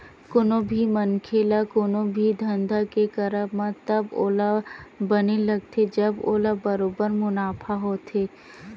कोनो भी मनखे ल कोनो भी धंधा के करब म तब ओला बने लगथे जब ओला बरोबर मुनाफा होथे